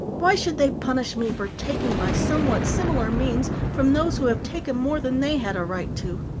why should they punish me for taking by somewhat similar means from those who have taken more than they had a right to?